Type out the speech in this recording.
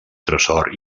tresor